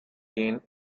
kane